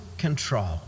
control